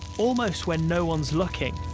almost when no one's looking.